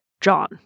John